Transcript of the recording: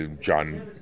John